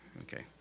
Okay